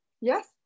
Yes